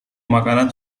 makanan